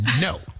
no